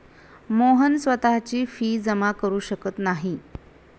मोहन स्वतःची फी जमा करु शकत नाही